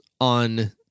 on